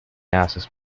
haces